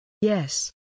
Yes